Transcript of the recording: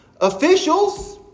officials